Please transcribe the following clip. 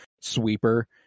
sweeper